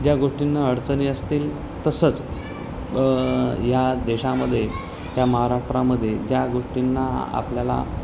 ज्या गोष्टींना अडचणी असतील तसंच या देशामध्ये या महाराष्ट्रामध्ये ज्या गोष्टींना आपल्याला